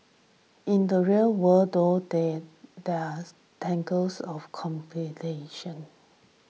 in the real world though day there's tangles of complications